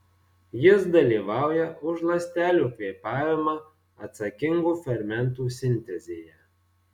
jis dalyvauja už ląstelių kvėpavimą atsakingų fermentų sintezėje